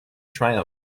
triumph